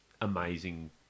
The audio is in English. amazing